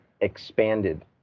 expanded